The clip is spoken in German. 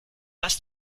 was